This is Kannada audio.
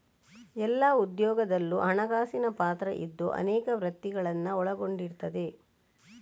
ಎಲ್ಲಾ ಉದ್ಯೋಗದಲ್ಲೂ ಹಣಕಾಸಿನ ಪಾತ್ರ ಇದ್ದು ಅನೇಕ ವೃತ್ತಿಗಳನ್ನ ಒಳಗೊಂಡಿರ್ತದೆ